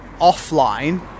offline